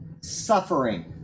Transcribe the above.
suffering